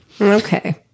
Okay